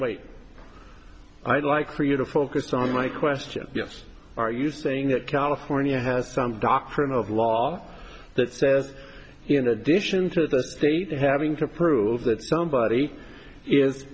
i'd like for you to focus on my question yes are you saying that california has some doctrine of law that says in addition to the state having to prove that somebody is